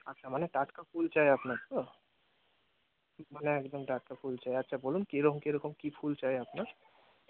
আচ্ছা মানে টাটকা ফুল চাই আপনার তো মানে একদম টাটকা ফুল চাই আচ্ছা বলুন কী রকম কী রকম কী ফুল চাই আপনার